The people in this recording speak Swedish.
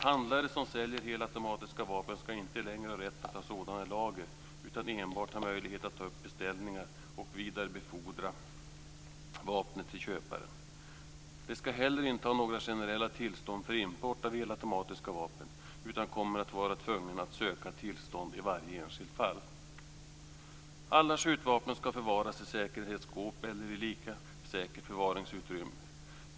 Handlare som säljer helautomatiska vapen ska inte längre ha rätt att ha sådana i lager utan enbart ha möjlighet att ta upp beställningar och vidarebefordra vapnet till köparen. De ska heller inte ha några generella tillstånd för import av helautomatiska vapen, utan de kommer att vara tvungna att söka tillstånd i varje enskilt fall. Alla skjutvapen ska förvaras i säkerhetsskåp eller i annat lika säkert förvaringsutrymme.